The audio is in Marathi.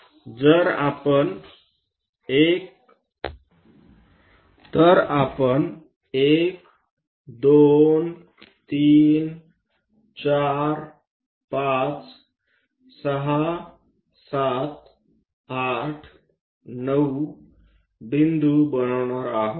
तर आपण 1 2 3 4 5 6 7 8 9 बिंदू बनवणार आहोत